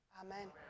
Amen